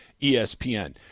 ESPN